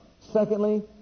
Secondly